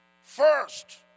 first